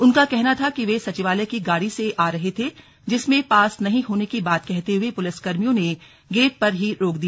उनका कहना था कि वे सचिवालय की गाड़ी से आ रहे थे जिसमें पास न होने की बात कहते हुए पुलिसकर्मियों ने गेट पर ही रोक दिया